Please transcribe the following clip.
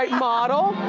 like model.